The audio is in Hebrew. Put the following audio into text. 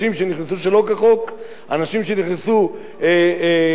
אנשים שנכנסו שלא ברשות,